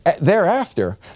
Thereafter